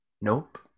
Nope